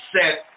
set